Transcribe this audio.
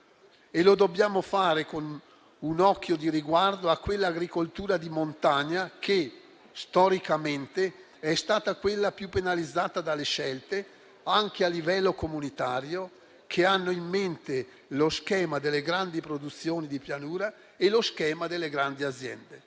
Lo dobbiamo fare con un occhio di riguardo a quell'agricoltura di montagna che storicamente è quella più penalizzata dalle scelte, anche a livello comunitario, che hanno in mente lo schema delle grandi produzioni di pianura e delle grandi aziende.